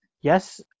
yes